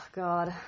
god